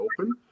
open